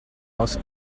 aus